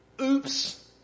oops